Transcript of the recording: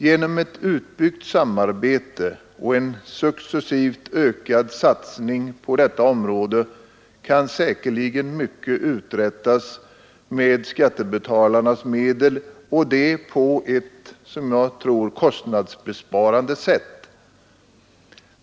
Genom ett utbyggt samarbete och en successivt ökad satsning på detta område kan säkerligen mycket uträttas med skattebetalarnas medel och på ett, som jag tror, kostnadsbesparande sätt.